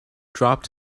dropped